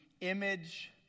image